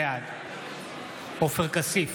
בעד עופר כסיף,